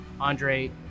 Andre